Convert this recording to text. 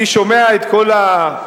אני שומע את כל ההערכות,